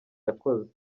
yakoze